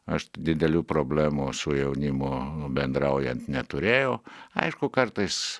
aš didelių problemų su jaunimu bendraujant neturėjau aišku kartais